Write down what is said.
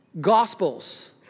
Gospels